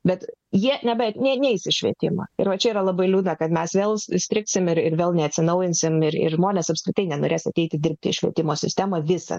bet jie neis į švietimą ir čia va yra labai liūdna kad mes vėl įstrigsime ir vėl neatsinaujinsime ir ir žmonės apskritai nenorės ateiti dirbti švietimo sistemą visą